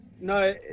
No